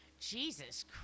Jesus